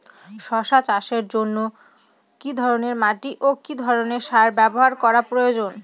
শশা চাষের জন্য কি ধরণের মাটি ও কি ধরণের সার ব্যাবহার করা প্রয়োজন?